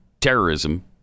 terrorism